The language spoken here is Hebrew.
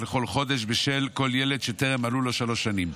בכל חודש בשל כל ילד שטרם מלאו לו שלוש שנים.